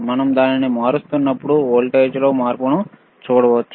మనం దానిని మారుస్తున్నప్పుడు వోల్టేజ్ మార్పును చూడవచ్చు